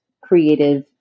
creative